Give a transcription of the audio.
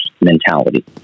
mentality